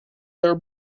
their